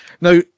now